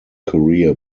career